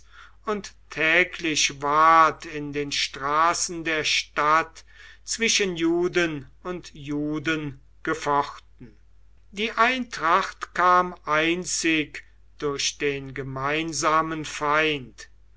und täglich ward in den straßen der stadt zwischen juden und juden gefochten die eintracht kam einzig durch den gemeinsamen feind